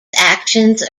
actions